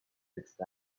mixed